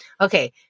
Okay